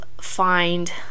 find